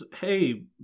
hey